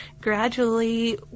gradually